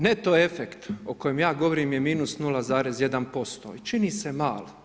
Neto efekt, o kojemu ja govorim je minus 0,1%, ali čini se mali.